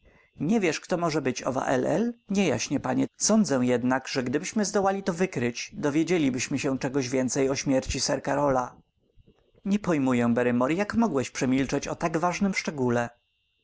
nie wiesz kto może być owa l l nie jaśnie panie sądzę jednak że gdybyśmy zdołali to wykryć dowiedzieliśmy się czegoś więcej o śmierci sir karola nie pojmuję barrymore jak mogłeś przemilczeć o tak ważnym szczególe